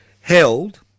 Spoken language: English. held